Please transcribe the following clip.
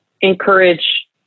encourage